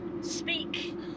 speak